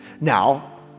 Now